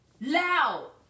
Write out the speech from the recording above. loud